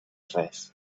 res